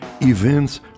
events